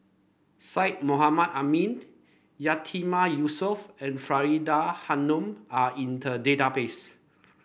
Syed Mohamed Ahmed Yatiman Yusof and Faridah Hanum are in the database